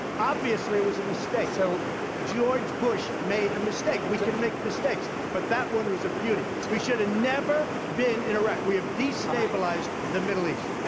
obviously, it was a mistake. so george bush made a mistake. we can make mistakes. but that one was a beauty. we should have never been in iraq. we have destabilized the middle east.